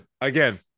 again